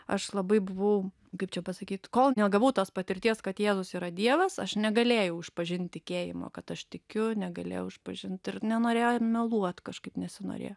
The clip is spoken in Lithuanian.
aš labai buvau nu kaip čia pasakyt kol negavau tos patirties kad jėzus yra dievas aš negalėjau išpažinti tikėjimo kad aš tikiu negalėjau išpažint ir nenorėjau ir meluoti kažkaip nesinorėjo